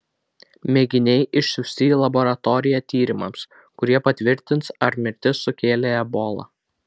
mėginiai išsiųsti į laboratoriją tyrimams kurie patvirtins ar mirtis sukėlė ebola